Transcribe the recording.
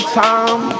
time